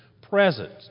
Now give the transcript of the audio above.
present